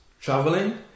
Traveling